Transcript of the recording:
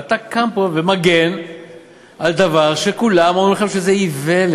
ואתה קם פה ומגן על דבר שכולם אומרים לכם שזה איוולת,